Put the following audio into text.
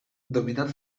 dominat